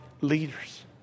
leaders